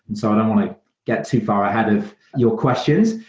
and so i don't want to get too far ahead of your questions.